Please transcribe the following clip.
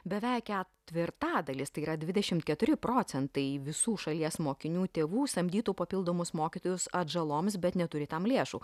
beveik ketvirtadalis tai yra dvidešim keturi procentai visų šalies mokinių tėvų samdytų papildomus mokytojus atžaloms bet neturi tam lėšų